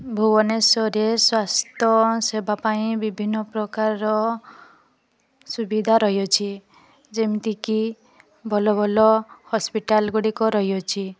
ଭୁବନେଶ୍ୱରରେ ସ୍ୱାସ୍ଥ୍ୟସେବା ପାଇଁ ବିଭିନ୍ନ ପ୍ରକାରର ସୁବିଧା ରହିଅଛି ଯେମିତିକି ଭଲ ଭଲ ହସ୍ପିଟାଲ୍ ଗୁଡ଼ିକ ରହିଅଛି